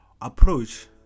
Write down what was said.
approach